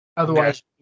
Otherwise